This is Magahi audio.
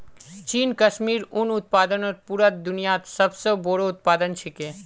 चीन कश्मीरी उन उत्पादनत पूरा दुन्यात सब स बोरो उत्पादक छिके